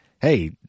hey